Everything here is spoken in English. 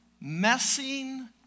Messing